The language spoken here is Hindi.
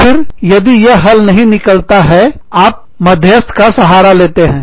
और फिर भी यदि यह हल नहीं होता है आप मध्यस्थ का सहारा लेते हैं